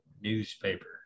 Newspaper